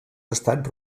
estat